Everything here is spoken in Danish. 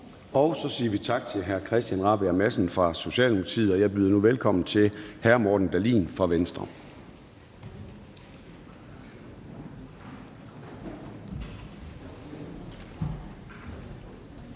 Så siger vi tak til hr. Christian Rabjerg Madsen fra Socialdemokratiet, og jeg byder nu velkommen til hr. Morten Dahlin fra Venstre.